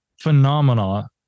phenomena